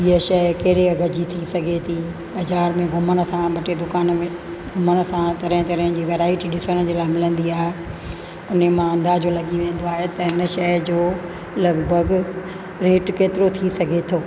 इहा शइ कहिड़े अघि जी थी सघे थी बाज़ारि में घुमण सां ॿ टे दुकान में घुमण सां तरह तरह जी वेराइटी ॾिसण जे लाइ मिलंदी आहे उनमें अंदाजो लॻी वेंदो आहे त इन शइ जो लॻभॻि रेट केतिरो थी सघे थो